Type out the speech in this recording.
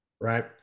Right